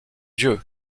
dieu